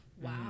Wow